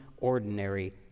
ordinary